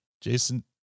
Jason